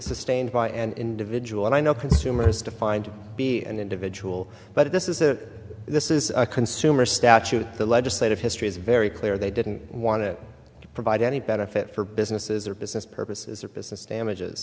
sustained by an individual and i know consumers define to be an individual but this is a this is a consumer statute the legislative history is very clear they didn't want to provide any benefit for businesses or business purposes or business damages